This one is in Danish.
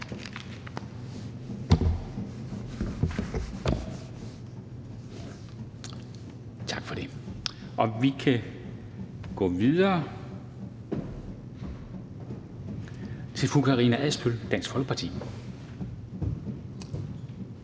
bemærkninger. Vi kan gå videre til fru Karina Adsbøl, Dansk Folkeparti.